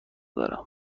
دارم